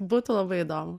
būtų labai įdomu